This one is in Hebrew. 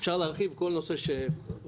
אפשר להרחיב כל נושא שרוצים,